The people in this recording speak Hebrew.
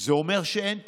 זה אומר שאין תכנון,